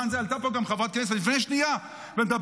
עלתה פה גם חברת כנסת לפני שנייה ומדברת,